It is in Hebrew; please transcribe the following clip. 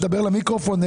לדבר למיקרופון,